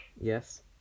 Yes